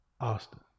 Austin